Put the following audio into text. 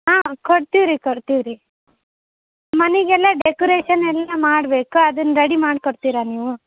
ಹಾಂ ಕೊಡ್ತೀವಿ ರೀ ಕೊಡ್ತೀವಿ ರೀ ಮನೆಗೆಲ್ಲ ಡೆಕೊರೇಷನ್ ಎಲ್ಲ ಮಾಡ್ಬೇಕು ಅದನ್ನ ರೆಡಿ ಮಾಡಿ ಕೊಡ್ತೀರ ನೀವು